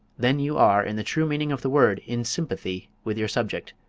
then you are, in the true meaning of the word, in sympathy with your subject,